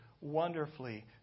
wonderfully